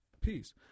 peace